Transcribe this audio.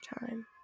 time